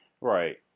Right